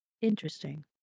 Interesting